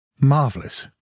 marvelous